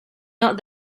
not